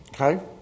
Okay